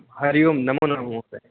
हरिओम् नमोनम महोदय